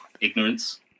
ignorance